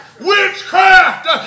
Witchcraft